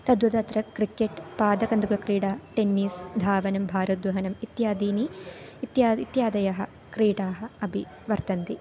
तद्वदत्र cricket पादकन्दुकक्रीडा tennis धावनं भारद्वहनम् इत्यादीनि इत्याद्याः इत्याद्याः क्रीडाः अपि वर्तन्ति